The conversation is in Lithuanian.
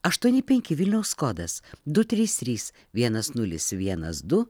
aštuoni penki vilniaus kodas du trys trys vienas nulis vienas du